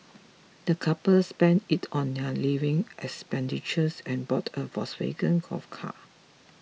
the couple spent it on their living expenditure and bought a Volkswagen Golf car